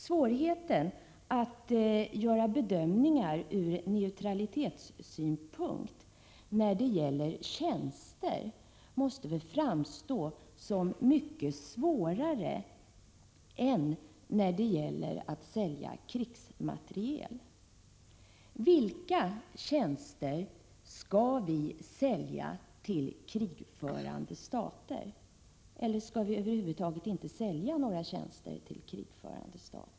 Svårigheterna att göra bedömningar från neutralitetssynpunkt framstår som mycket svårare när det gäller tjänsteexport än när det gäller export av krigsmateriel. Vilka tjänster skall vi sälja till krigförande stater? Eller skall vi över huvud taget inte sälja några tjänster till sådana?